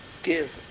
give